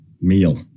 meal